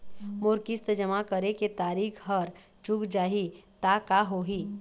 मोर किस्त जमा करे के तारीक हर चूक जाही ता का होही?